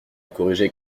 corriger